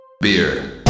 Beer